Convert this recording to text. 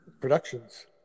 productions